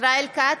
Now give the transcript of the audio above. ישראל כץ,